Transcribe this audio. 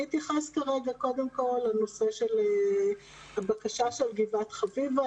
אתייחס קודם כול לבקשה של גבעת חביבה.